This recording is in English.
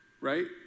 Right